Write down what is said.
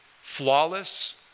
flawless